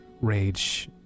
rage